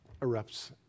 erupts